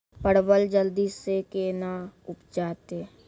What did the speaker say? परवल जल्दी से के ना उपजाते?